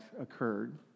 occurred